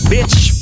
Bitch